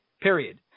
period